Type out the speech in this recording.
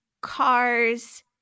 cars